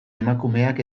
emakumeak